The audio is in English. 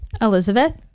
Elizabeth